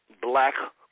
black